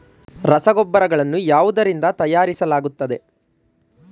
ರಸಗೊಬ್ಬರಗಳನ್ನು ಯಾವುದರಿಂದ ತಯಾರಿಸಲಾಗುತ್ತದೆ?